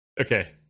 Okay